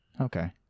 Okay